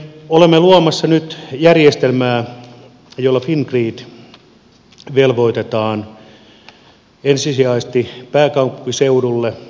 me olemme luomassa nyt järjestelmää jolla fingrid velvoitetaan ensisijaisesti pääkaupunkiseudulle luomaan kantaverkko